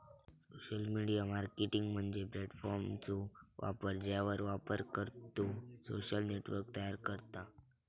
social media marketing म्हणजे प्लॅटफॉर्मचो वापर ज्यावर वापरकर्तो सोशल नेटवर्क तयार करता